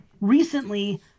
recently